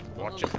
watch